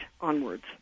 onwards